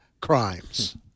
crimes